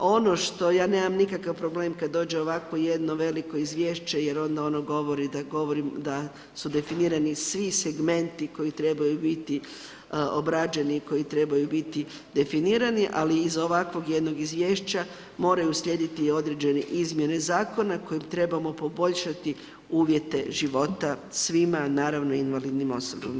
Ono što ja nemam nikakav problem kad dođe ovakvo jedno veliko izvješće jer onda ono govori da su definirani svi segmenti koji trebaju biti obrađeni, koji trebaju biti definirani ali iza ovakvog jednog izvješća, moraju uslijediti određene izmjene zakona kojim trebamo poboljšati uvjete života svima a naravno i invalidnim osobama.